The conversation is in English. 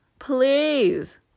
please